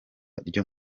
ryo